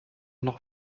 noch